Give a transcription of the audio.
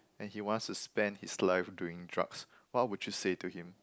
and he wants to spend his life doing drugs what would you say to him